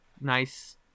nice